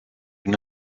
une